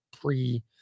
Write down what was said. pre